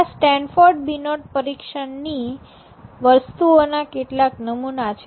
આ Stanford Binet પરીક્ષણ ની વસ્તુઓના કેટલાક નમૂના છે